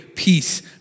peace